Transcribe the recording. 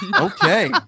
Okay